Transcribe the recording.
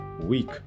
week